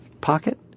pocket